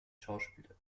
schauspieler